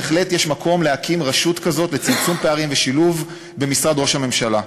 בהחלט יש מקום להקים רשות כזאת לצמצום פערים ושילוב במשרד ראש הממשלה,